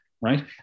right